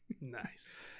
nice